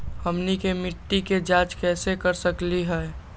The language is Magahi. हमनी के मिट्टी के जाँच कैसे कर सकीले है?